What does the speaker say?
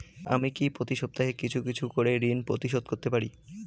আমি কি প্রতি সপ্তাহে কিছু কিছু করে ঋন পরিশোধ করতে পারি?